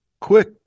quick